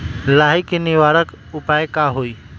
लाही के निवारक उपाय का होई?